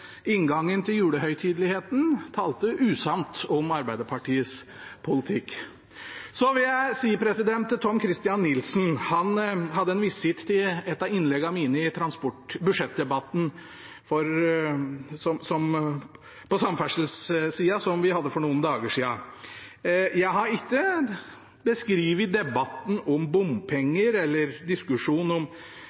inngangen til julehøytideligheten talte usant om Arbeiderpartiets politikk. Så til Tom-Christer Nilsen, som hadde en visitt til et av innleggene mine i budsjettdebatten på samferdselssida som vi hadde for noen dager siden. Jeg har ikke beskrevet debatten om bompenger eller diskusjonen om